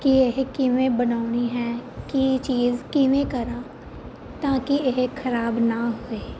ਕਿ ਇਹ ਕਿਵੇਂ ਬਣਾਉਣੀ ਹੈ ਕੀ ਚੀਜ਼ ਕਿਵੇਂ ਕਰਾਂ ਤਾਂ ਕਿ ਇਹ ਖਰਾਬ ਨਾ ਹੋਏ